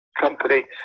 company